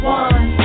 one